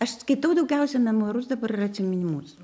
aš skaitau daugiausia memuarus dabar ir atsiminimus